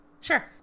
Sure